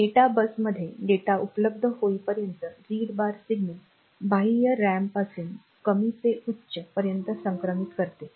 data बसमध्ये data उपलब्ध होईपर्यंत रीड बार सिग्नल बाह्य रॅमपासून कमी ते उच्च पर्यंत संक्रमित करते